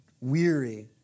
weary